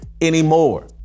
anymore